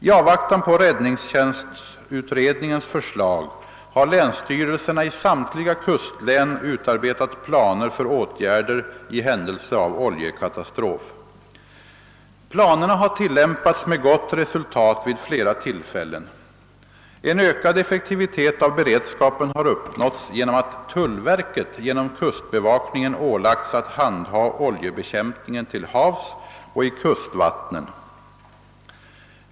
I avvaktan på räddningstjänstutredningens förslag har länsstyrelserna i samtliga kustlän utarbetat planer för åtgärder i händelse av oljekatastrof. Planerna har tillämpats med gott resultat vid flera tillfällen. En ökad effektivitet av beredskapen har uppnåtts genom att tullverket genom kustbevakningen ålagts att handha oljebekämpningen till havs och i kustvattnen.